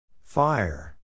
Fire